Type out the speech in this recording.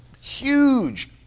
Huge